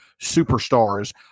superstars